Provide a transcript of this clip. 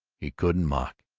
he couldn't mock.